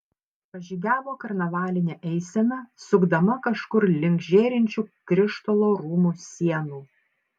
pražygiavo karnavalinė eisena sukdama kažkur link žėrinčių krištolo rūmų sienų